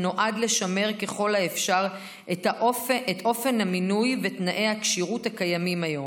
נועד לשמר ככל האפשר את אופן המינוי ותנאי הכשירות הקיימים היום.